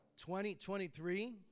2023